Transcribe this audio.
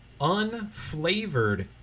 unflavored